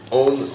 own